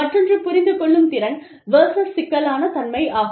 மற்றொன்று புரிந்து கொள்ளும் திறன் வெர்ஸஸ் சிக்கலான தன்மை ஆகும்